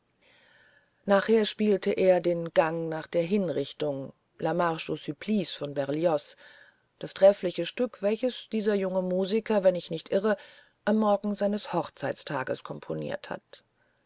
nachher spielte er den gang nach der hinrichtung la marche au supplice von berlioz das treffliche stück welches dieser junge musiker wenn ich nicht irre am morgen seines hochzeitstages komponiert hat